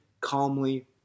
calmly